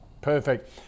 perfect